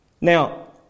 Now